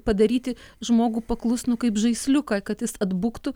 padaryti žmogų paklusnų kaip žaisliuką kad jis atbuktų